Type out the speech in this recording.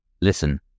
Listen